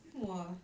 !wah!